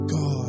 God